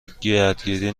گردگیری